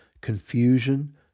confusion